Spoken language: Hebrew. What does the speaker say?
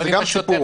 זה גם סיפור.